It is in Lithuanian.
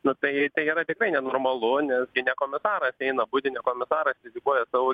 nu tai tai yra tikrai nenormalu nes gi ne komisaras eina budi ne komisaras rizikuoja savo